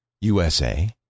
USA